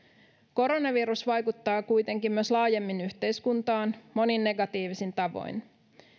koronavirus vaikuttaa kuitenkin myös laajemmin yhteiskuntaan monin negatiivisin tavoin